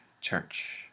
Church